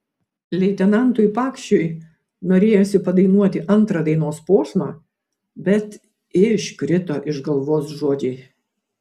leitenantui pakšiui norėjosi padainuoti antrą dainos posmą bet iškrito iš galvos žodžiai